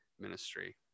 ministry